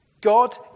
God